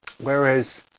Whereas